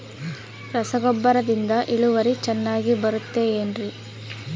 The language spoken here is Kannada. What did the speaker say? ರಸಗೊಬ್ಬರದಿಂದ ಇಳುವರಿ ಚೆನ್ನಾಗಿ ಬರುತ್ತೆ ಏನ್ರಿ?